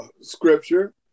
scripture